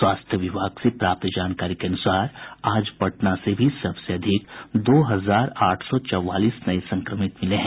स्वास्थ्य विभाग से प्राप्त जानकारी के अनुसार आज पटना से भी सबसे अधिक दो हजार आठ सौ चौवालीस नये संक्रमित मिले हैं